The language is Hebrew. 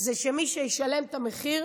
זה שמי שישלם את המחיר